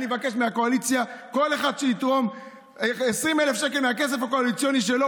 אני אבקש מהקואליציה שכל אחד יתרום 20,000 שקל מהכסף הקואליציוני שלו,